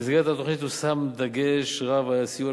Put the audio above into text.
במסגרת התוכנית הושם דגש רב על סיוע